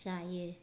जायो